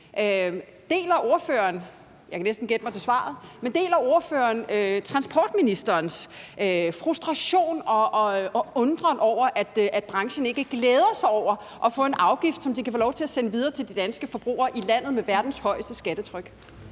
til svaret – transportministerens frustration og undren over, at branchen ikke glæder sig over at få en afgift, som de kan få lov til at sende videre til de danske forbrugere i landet med verdens højeste skattetryk?